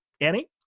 annie